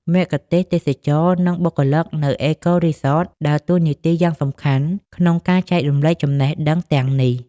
មគ្គុទ្ទេសក៍ទេសចរណ៍ និងបុគ្គលិកនៅ អេកូរីសត ដើរតួនាទីយ៉ាងសំខាន់ក្នុងការចែករំលែកចំណេះដឹងទាំងនេះ។